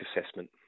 assessment